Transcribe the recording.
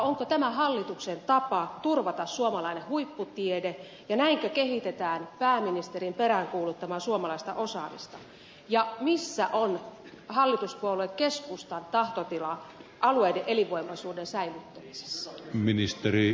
onko tämä hallituksen tapa turvata suomalainen huipputiede ja näinkö kehitetään pääministerin peräänkuuluttamaa suomalaista osaamista ja missä on hallituspuolue keskustan tahtotila alueiden elinvoimaisuuden säilyttämisessä